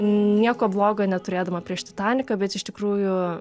nieko bloga neturėdama prieš titaniką bet iš tikrųjų